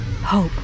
Hope